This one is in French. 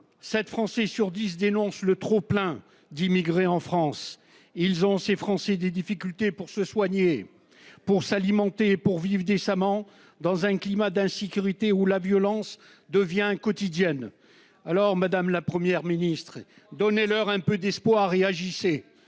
7 Français sur 10 dénonce le trop plein d'immigrés en France. Ils ont ces français des difficultés pour se soigner, pour s'alimenter pour vivre décemment dans un climat d'insécurité ou la violence devient quotidienne, alors madame, la Première ministre et donnez-leur un peu d'espoir. Réagissez